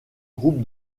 groupe